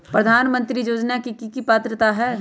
प्रधानमंत्री योजना के की की पात्रता है?